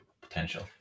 potential